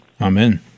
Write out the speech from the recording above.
Amen